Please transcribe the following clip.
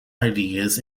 ideas